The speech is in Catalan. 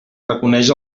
reconeix